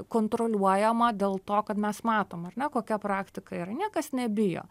kontroliuojama dėl to kad mes matom ar ne kokia praktika yra niekas nebijo